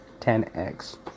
10x